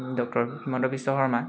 doctor Himanta Biswa Sharma